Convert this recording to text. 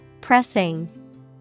Pressing